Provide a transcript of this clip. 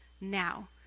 now